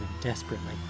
desperately